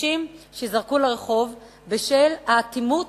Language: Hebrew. אנשים שייזרקו לרחוב בשל אטימות